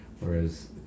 Whereas